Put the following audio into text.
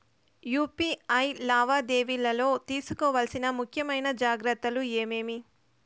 UPI లావాదేవీలలో తీసుకోవాల్సిన ముఖ్యమైన జాగ్రత్తలు ఏమేమీ?